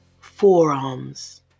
forearms